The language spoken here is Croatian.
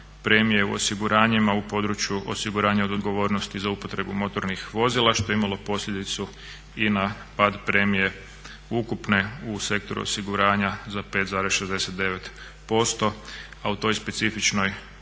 premije u osiguranjima u području osiguranja od odgovornosti za upotrebu motornih vozila, što je imalo posljedicu i na pad premije ukupne u sektoru osiguranja za 5,69%, a u toj specifičnoj